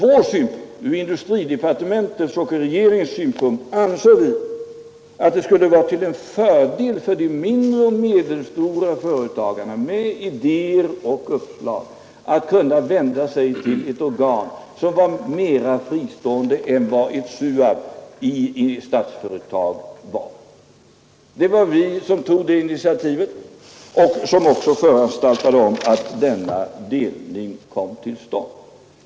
Från industridepartementets och regeringens synpunkt ansåg vi att det skulle vara till fördel för de mindre och medelstora företagen att kunna vända sig med idéer och uppslag till ett organ som var mera fristående än vad SUAB i ett Statsföretag var. Det var vi som tog det initiativet och som också föranstaltade om att denna delning kom till stånd.